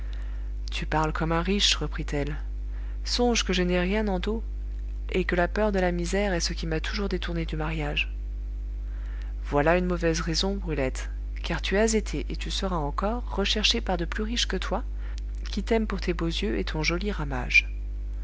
tu parles comme un riche reprit-elle songe que je n'ai rien en dot et que la peur de la misère est ce qui m'a toujours détournée du mariage voilà une mauvaise raison brulette car tu as été et tu seras encore recherchée par de plus riches que toi qui t'aiment pour tes beaux yeux et ton joli ramage